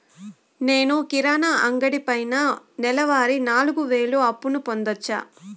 నేను కిరాణా అంగడి పైన నెలవారి నాలుగు వేలు అప్పును పొందొచ్చా?